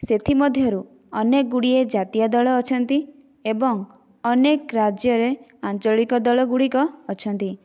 ସେଥିମଧ୍ୟରୁ ଅନେକ ଗୁଡ଼ିଏ ଜାତୀୟ ଦଳ ଅଛନ୍ତି ଏବଂ ଅନେକ ରାଜ୍ୟରେ ଆଞ୍ଚଳିକ ଦଳ ଗୁଡ଼ିକ ଅଛନ୍ତି